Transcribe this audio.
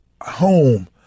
home